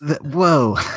whoa